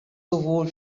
sowohl